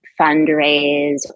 fundraise